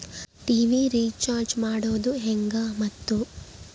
TV recharge ಮಾಡೋದು ಹೆಂಗ ಮತ್ತು?